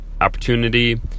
opportunity